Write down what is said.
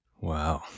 wow